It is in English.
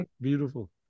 beautiful